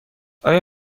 آیا